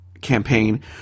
campaign